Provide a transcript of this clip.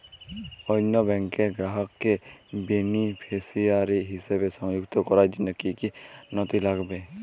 অন্য ব্যাংকের গ্রাহককে বেনিফিসিয়ারি হিসেবে সংযুক্ত করার জন্য কী কী নথি লাগবে?